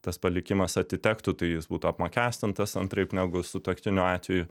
tas palikimas atitektų tai jis būtų apmokestintas antraip negu sutuoktinių atveju